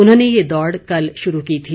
उन्होंने ये दौड़ कल शुरू की थी